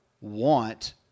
want